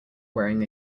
wearing